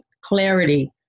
clarity